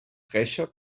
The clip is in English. treasure